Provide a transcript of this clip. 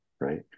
Right